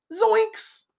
Zoinks